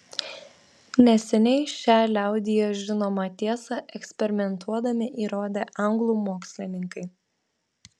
neseniai šią liaudyje žinomą tiesą eksperimentuodami įrodė anglų mokslininkai